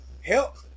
help